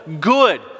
Good